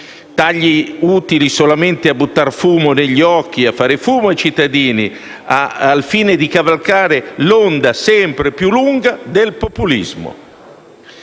sono utili solamente a buttare fumo negli occhi ai cittadini al fine di cavalcare l'onda sempre più lunga del populismo.